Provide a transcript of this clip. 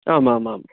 आमामाम्